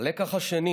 הלקח השני